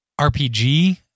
RPG